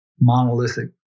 monolithic